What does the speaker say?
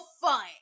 fun